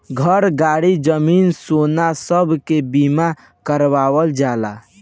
घर, गाड़ी, जमीन, सोना सब के बीमा करावल जाला